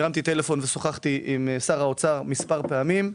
הרמתי טלפון ושוחחתי עם שר האוצר מספר פעמים.